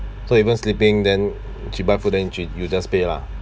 so even sleeping then she buy food then she you just pay lah